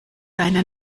deine